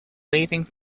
waving